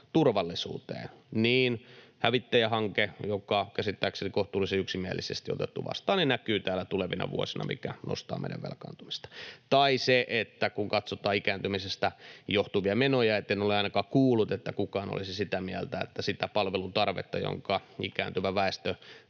turvallisuuteen: hävittäjähanke, joka käsittääkseni kohtuullisen yksimielisesti on otettu vastaan, näkyy täällä tulevina vuosina, mikä nostaa meidän velkaantumista. Tai kun katsotaan ikääntymisestä johtuvia menoja, niin en ole ainakaan kuullut, että kukaan olisi sitä mieltä, että sitä palvelutarvetta, jonka ikääntyvä väestö